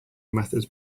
methods